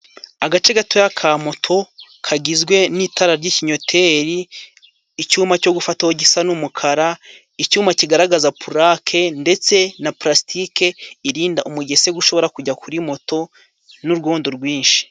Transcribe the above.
Agace gatoya ka moto, kagizwe n'itara ry'ikinyoteri, icyuma cyo gufataho gisa n'umukara, icyuma kigaragaza purake, ndetse na pulasitike irinda umugese ushobora kujya kuri moto, n'urwondo rwinshi.